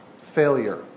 failure